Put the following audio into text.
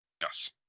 Yes